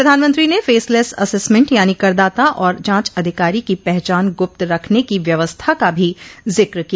प्रधानमंत्री ने faceless assessment यानि करदाता और जांच अधिकारी की पहचान गुप्त रखने की व्यवस्था का भी जिक्र किया